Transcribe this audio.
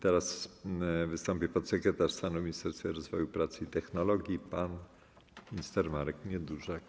Teraz wystąpi podsekretarz stanu w Ministerstwie Rozwoju, Pracy i Technologii pan minister Marek Niedużak.